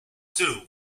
tylu